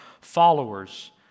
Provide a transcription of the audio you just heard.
followers